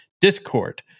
Discord